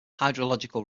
hydrological